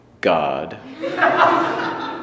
God